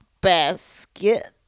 basket